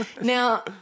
Now